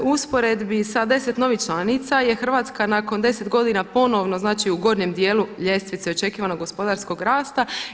U usporedbi sa 10 novih članica je Hrvatska nakon 10 godina ponovno, znači u gornjem dijelu ljestvice očekivanog gospodarskog rasta.